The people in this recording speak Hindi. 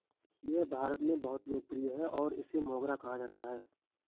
यह भारत में बहुत लोकप्रिय है और इसे मोगरा कहा जाता है